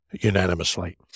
unanimously